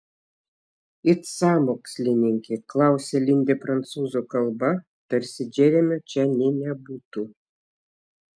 it sąmokslininkė klausia lindė prancūzų kalba tarsi džeremio čia nė nebūtų